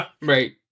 right